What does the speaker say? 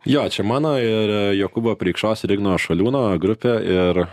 jo čia mano ir jokūbo preikšos ir igno šoliūno grupė ir